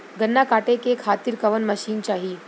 गन्ना कांटेके खातीर कवन मशीन चाही?